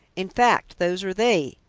in fact, those are they,